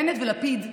בנט ולפיד,